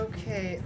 Okay